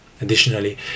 Additionally